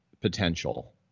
potential